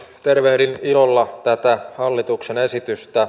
tervehdin ilolla tätä hallituksen esitystä